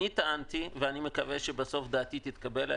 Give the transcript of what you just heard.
אני טענתי ואני מקווה שדעתי תתקבל בסוף,